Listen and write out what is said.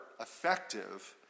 effective